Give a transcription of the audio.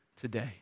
today